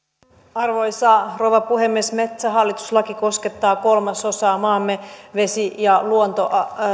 arvoisa rouva puhemies metsähallitus laki koskettaa kolmasosaa maamme vesi ja